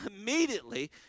immediately